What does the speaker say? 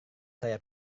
saya